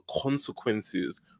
consequences